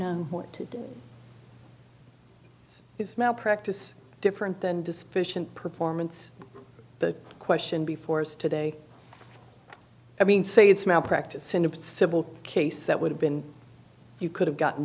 known what to do is malpractise different than disposition performance the question before us today i mean say it's malpractise in the civil case that would have been you could have gotten